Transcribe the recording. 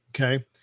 Okay